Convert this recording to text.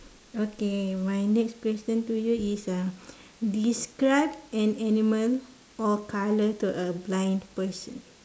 okay my next question to you is uh describe an animal or colour to a blind person